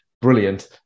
Brilliant